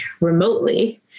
remotely